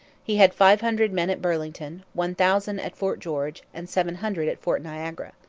he had five hundred men at burlington, one thousand at fort george, and seven hundred at fort niagara.